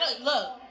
look